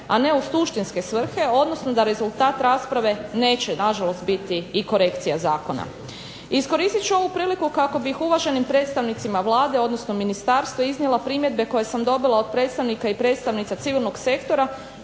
a ne u suštinske svrhe, odnosno da rezultat rasprave neće nažalost biti i korekcija zakona. Iskoristit ću ovu priliku kako bih uvaženi predstavnicima Vlade odnosno ministarstva iznijela primjedbe koje sam dobila od predstavnika i predstavnica civilnog sektora